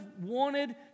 wanted